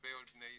לגבי בני ישראל,